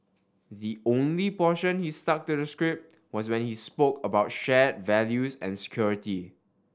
the only portion he stuck to the script was when he spoke about shared values and security